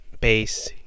base